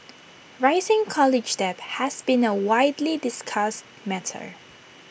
rising college debt has been A widely discussed matter